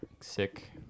sick